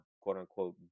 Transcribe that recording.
quote-unquote